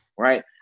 Right